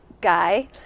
guy